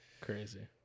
Crazy